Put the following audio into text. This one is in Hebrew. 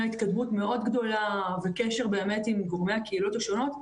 התקדמות מאוד גדולה וקשר עם גורמי הקהילות השונות.